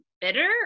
bitter